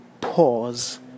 pause